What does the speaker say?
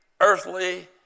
earthly